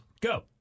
Go